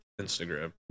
Instagram